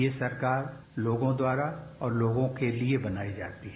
ये सरकार लोगों द्वारा और लोगों के लिए बनाई जाती है